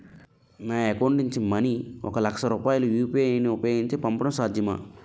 నా అకౌంట్ నుంచి మనీ ఒక లక్ష రూపాయలు యు.పి.ఐ ను ఉపయోగించి పంపడం సాధ్యమా?